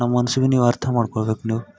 ನಮ್ಮ ಮನ್ಸಿಗೆ ನೀವು ಅರ್ಥ ಮಾಡ್ಕೊಳ್ಬೇಕು ನೀವು